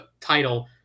title